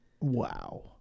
wow